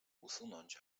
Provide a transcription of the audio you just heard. usunąć